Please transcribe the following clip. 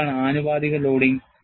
എന്താണ് ആനുപാതികമായ ലോഡിംഗ്